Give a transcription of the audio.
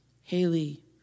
Haley